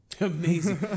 Amazing